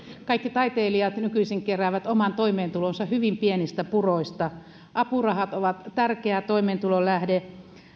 kaikki taiteilijat nykyisin keräävät oman toimeentulonsa hyvin pienistä puroista apurahat ovat tärkeä toimeentulon lähde